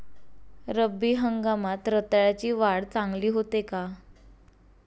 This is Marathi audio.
रब्बी हंगामात रताळ्याची वाढ चांगली होते का?